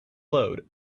load